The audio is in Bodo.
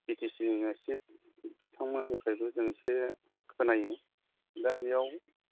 बिटिसिनि सिफ बिथांमोननिफोरनिफ्राय जों एसे खोनायो दा बेयाव